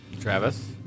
Travis